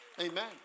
Amen